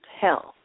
health